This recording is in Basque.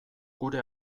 gure